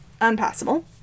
Unpassable